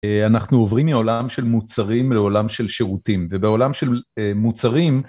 אנחנו עוברים מעולם של מוצרים לעולם של שירותים ובעולם של מוצרים